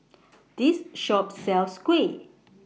This Shop sells Kuih